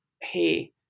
hey